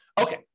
Okay